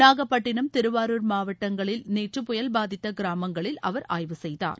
நாகப்பட்டினம் திருவாரூர் மாவட்டங்களில் நேற்று புயல் பாதித்த கிராமங்களில் அவர் ஆய்வு செய்தார்